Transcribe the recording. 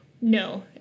no